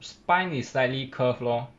spine is slightly curve lor